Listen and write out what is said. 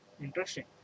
Interesting